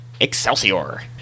Excelsior